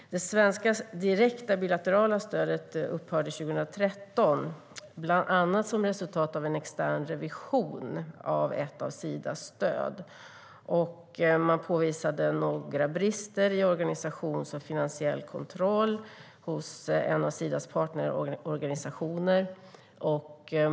Sveriges direkta bilaterala stöd upphörde 2013, bland annat som ett resultat av en extern revision av ett av Sidas stöd. Man påvisade brister i organisationskontroll och finansiell kontroll hos en av Sidas partnerorganisationer.